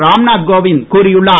ராம்நாத் கோவிந்த் கூறியுள்ளார்